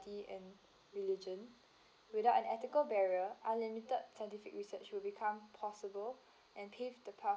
and religion without unethical barrier unlimited scientific research will become possible and pave the path